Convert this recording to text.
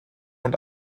und